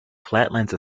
flatlands